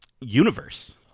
universe